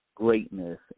greatness